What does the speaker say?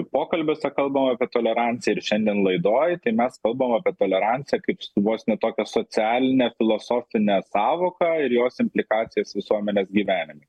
pokalbiuose kalbam apie toleranciją ir šiandien laidoj tai mes kalbam apie toleranciją kaip su vos ne tokią socialinę filosofinę sąvoką ir jos implikacijas visuomenės gyvenime